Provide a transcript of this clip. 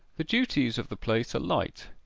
the duties of the place are light.